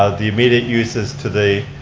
ah the immediate uses to the